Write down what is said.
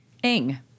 Ing